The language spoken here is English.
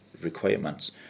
requirements